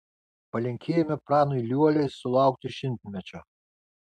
palinkėjome pranui liuoliai sulaukti šimtmečio